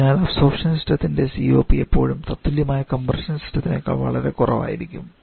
അതിനാൽ അബ്സോർപ്ഷൻ സിസ്റ്റത്തിൻറെ COP എപ്പോഴും തത്തുല്യമായ കംപ്രഷൻ സിസ്റ്റത്തിനേക്കാൾ വളരെ കുറവായിരിക്കും